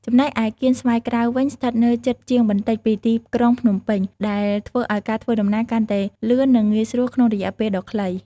ចំណែកឯ កៀនស្វាយក្រៅ វិញ ស្ថិតនៅជិតជាងបន្តិចពីទីក្រុងភ្នំពេញ ដែលធ្វើឲ្យការធ្វើដំណើរកាន់តែលឿននិងងាយស្រួលក្នុងរយៈពេលដ៏ខ្លី។